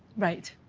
right.